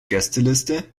gästeliste